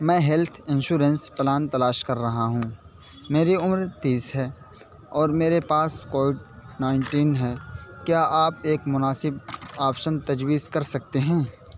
میں health insurance plan تلاش کر رہا ہوں میری عمر تیس ہے اور میرے پاس کووڈ نائنٹین ہے کیا آپ ایک مناسب آپشن تجویز کر سکتے ہیں